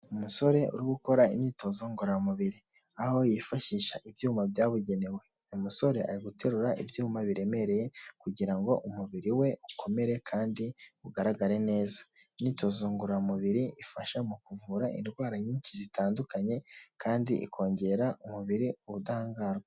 Umusore uri gukora imyitozo ngororamubiri, aho yifashisha ibyuma byabugenewe, umusore ari guterura ibyuma biremereye kugira ngo umubiri we ukomere kandi ugaragare neza, imyitozo ngororamubiri ifasha mu kuvura indwara nyinshi zitandukanye kandi ikongera umubiri ubudahangarwa.